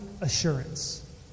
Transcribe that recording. assurance